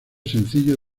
sencillo